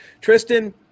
Tristan